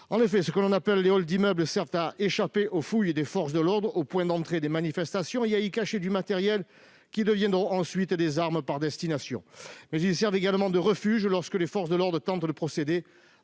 En effet, les halls d'immeubles servent à échapper aux fouilles des forces de l'ordre aux points d'entrée des manifestations et à y cacher du matériel qui deviendra ensuite des armes par destination. Ils servent également de refuge lorsque les forces de l'ordre tentent de procéder